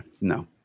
No